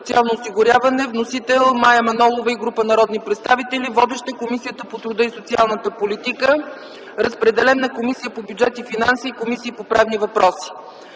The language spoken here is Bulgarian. социално осигуряване. Вносител – Мая Манолова и група народни представители. Водеща – Комисията по труда и социалната политика. Разпределен е на Комисия по бюджет и финанси и на Комисия по правни въпроси;